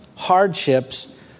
Hardships